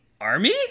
army